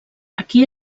aquí